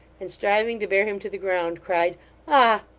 and striving to bear him to the ground, cried ah!